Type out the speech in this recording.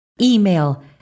email